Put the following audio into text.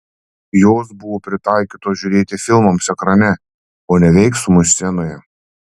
jos buvo pritaikytos žiūrėti filmams ekrane o ne veiksmui scenoje